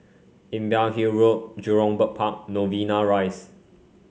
Imbiah Hill Road Jurong Bird Park Novena Rise